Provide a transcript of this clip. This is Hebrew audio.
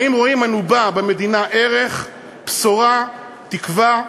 האם רואים אנו בה, במדינה, ערך, בשורה, תקווה?